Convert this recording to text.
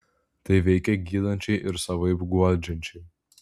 tai veikia gydančiai ir savaip guodžiančiai